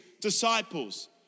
disciples